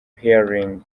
healing